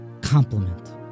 compliment